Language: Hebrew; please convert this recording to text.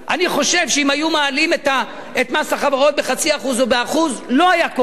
אני חושב שאם היו מעלים את מס החברות ב-0.5% או ב-1% זה לא היה קורה.